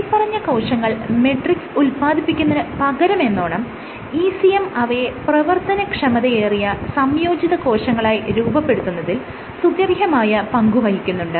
മേല്പറഞ്ഞ കോശങ്ങൾ മെട്രിക്സ് ഉത്പാദിപ്പിക്കുന്നതിന് പകരമെന്നോണം ECM അവയെ പ്രവർത്തന ക്ഷമതയേറിയ സംയോജിത കോശങ്ങളായി രൂപപ്പെടുത്തുന്നതിൽ സുത്യർഹമായ പങ്ക് വഹിക്കുന്നുണ്ട്